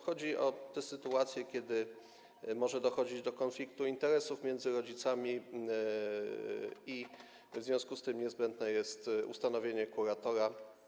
Chodzi o te sytuacje, kiedy może dochodzić do konfliktu interesów między rodzicami i w związku z tym niezbędne jest ustanowienie kuratora.